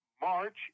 march